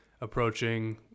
approaching